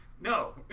No